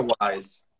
otherwise